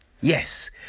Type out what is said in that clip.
yes